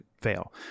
fail